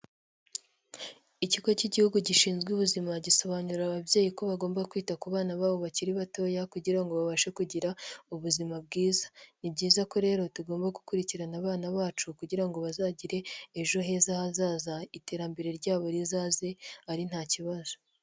Ikigo k'igihugu gishinzwe ubuzima, gisobanurira ababyeyi ko bagomba kwita ku bana babo bakiri batoya kugira ngo babashe kugira ubuzima bwiza, ni byiza ko rero tugomba gukurikirana abana bacu kugira ngo bazagire ejo heza hazaza, iterambere ryabo rizaze ari nta kibazo.